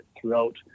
throughout